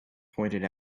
pointed